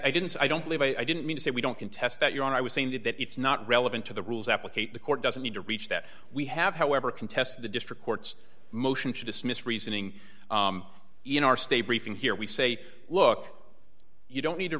i didn't i don't believe i didn't mean to say we don't contest that you are i was saying that that it's not relevant to the rules application the court doesn't need to reach that we have however contest the district courts motion to dismiss reasoning you know our state briefing here we say look you don't need to